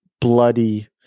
bloody